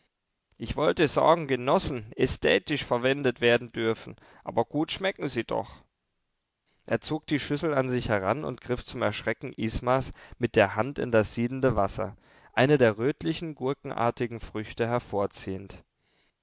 ich wollte sagen genossen ästhetisch verwendet werden dürfen aber gut schmecken sie doch er zog die schüssel an sich heran und griff zum erschrecken ismas mit der hand in das siedende wasser eine der rötlichen gurkenartigen früchte hervorziehend